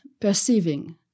perceiving